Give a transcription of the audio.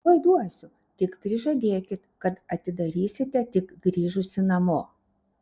tuoj duosiu tik prižadėkit kad atidarysite tik grįžusi namo